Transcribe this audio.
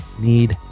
need